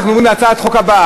אנחנו עוברים להצעת החוק הבאה,